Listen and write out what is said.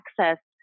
access